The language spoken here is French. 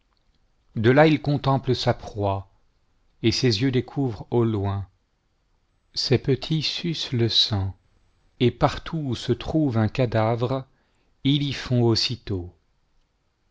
de là il contemple sa proie et ses yeux découvrent au loin ses petits sucent le sang et partout cil se trouve un cadavi-e il y fond aussitôt